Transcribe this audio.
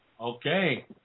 Okay